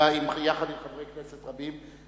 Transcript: יחד עם חברי כנסת רבים,